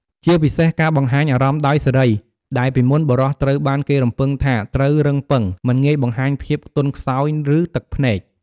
ជាពិសេសការបង្ហាញអារម្មណ៍ដោយសេរី ដែលពីមុន បុរសត្រូវបានគេរំពឹងថាត្រូវរឹងប៉ឹង មិនងាយបង្ហាញភាពទន់ខ្សោយ ឬទឹកភ្នែក។